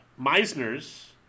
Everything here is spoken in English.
Meisner's